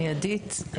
מיידית,